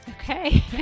Okay